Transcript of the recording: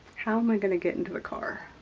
how am i going to get into a car?